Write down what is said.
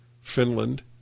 Finland